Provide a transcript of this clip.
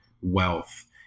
wealth